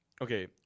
okay